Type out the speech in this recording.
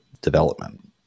development